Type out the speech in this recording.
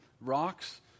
rocks